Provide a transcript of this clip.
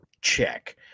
Check